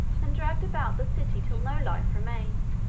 and dragged about the city till no life remained.